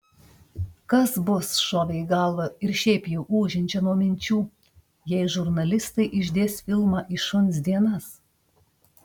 kas bus šovė į galvą ir šiaip jau ūžiančią nuo minčių jei žurnalistai išdės filmą į šuns dienas